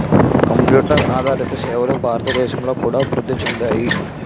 computer ఆదారిత సేవలు భారతదేశంలో కూడా అభివృద్ధి చెందాయి